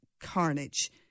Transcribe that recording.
carnage